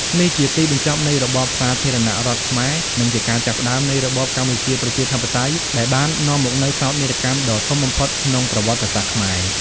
នេះជាទីបញ្ចប់នៃរបបសាធារណរដ្ឋខ្មែរ និងជាការចាប់ផ្តើមនៃរបបកម្ពុជាប្រជាធិបតេយ្យ ដែលបាននាំមកនូវសោកនាដកម្មដ៏ធំបំផុតក្នុងប្រវត្តិសាស្ត្រខ្មែរ។